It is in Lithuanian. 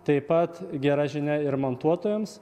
taip pat gera žinia ir montuotojams